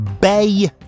Bay